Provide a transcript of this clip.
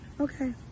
Okay